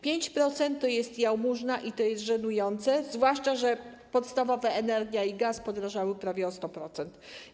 5% to jest jałmużna i to jest żenujące, zwłaszcza że podstawowe energia i gaz podrożały prawie o 100%.